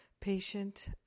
patient